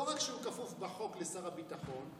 לא רק שהוא כפוף בחוק לשר הביטחון,